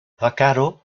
vaccaro